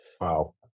Wow